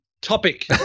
topic